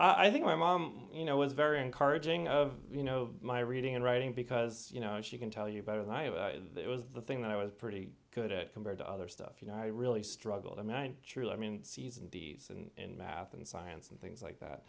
so i think my mom you know was very encouraging of you know my reading and writing because you know she can tell you better than i if that was the thing that i was pretty good at compared to other stuff you know i really struggled i mean i truly i mean cs and d s and math and science and things like that